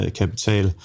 kapital